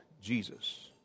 Jesus